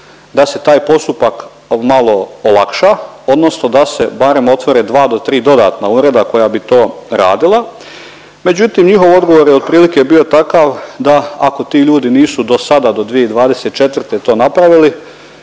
da se taj postupak malo olakša odnosno da se barem otvore dva do tri dodatna ureda koja bi to radila, međutim njihov odgovor je bio otprilike bio takav da ako ti ljudi nisu do sada do 2024. to napravili